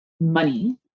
money